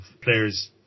players